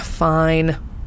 Fine